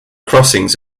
crossings